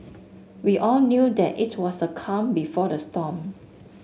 we all knew that it was the calm before the storm